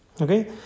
Okay